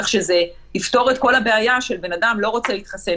כך שזה יפתור את כל הבעיה שבן אדם לא רוצה להתחסן,